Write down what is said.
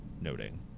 noting